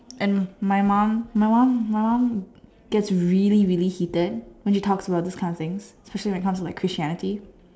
and my mom my mom my mom gets really really heated when he talks about this kind of thing especially when it comes to like Christianity